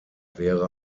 wäre